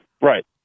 right